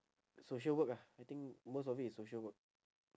social work ah I think most of it is social work